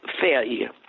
failure